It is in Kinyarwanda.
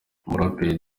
umuraperi